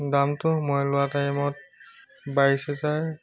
দামটো মই লোৱা টাইমত বাইছ হাজাৰ